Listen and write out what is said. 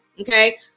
Okay